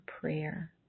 prayer